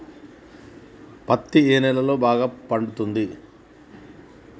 పత్తి ఏ నేలల్లో బాగా పండుతది?